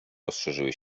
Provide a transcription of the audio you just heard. rozszerzyły